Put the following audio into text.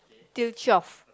till twelve